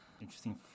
Interesting